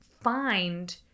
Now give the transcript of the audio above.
find